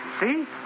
See